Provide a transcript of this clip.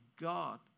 God